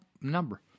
number